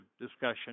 discussion